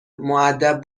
مودب